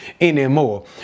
anymore